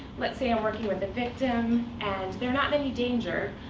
let's say i'm working with a victim, and they're not in any danger,